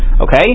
Okay